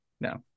No